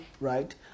right